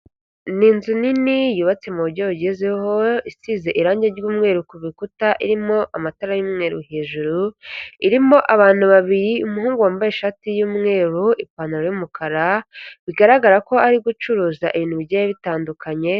Ni inzu nini yubatse mu buryo bugezweho isize irangi ry'umweru ku bikuta irimo amatara y'umweru hejuru, irimo abantu babiri, umuhungu wambaye ishati y'umweru ipantaro y'umukara bigaragara ko ari gucuruza ibintu bigeye bitandukanye.